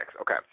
Okay